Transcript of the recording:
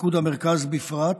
פיקוד המרכז בפרט,